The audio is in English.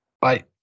Bye